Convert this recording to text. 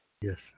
Yes